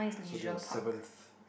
so this is the seventh